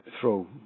throw